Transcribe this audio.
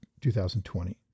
2020